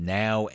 now